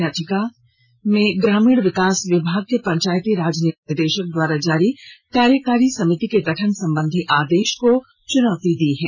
याचिका में ग्रामीण विकास विभाग के पंचायती राज निदेशक द्वारा जारी कार्यकारी संभिति के गठन संबधी आदेश को चुनौती दी गई है